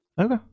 okay